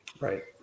Right